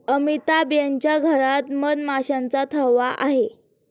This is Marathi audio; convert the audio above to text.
अमिताभ यांच्या घरात मधमाशांचा थवा आहे